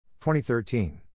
2013